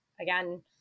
again